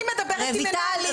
--- כשאני מדברת --- רויטל,